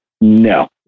No